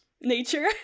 nature